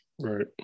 Right